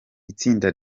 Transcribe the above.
itsinda